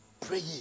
Pray